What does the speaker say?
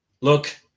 look